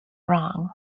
wrong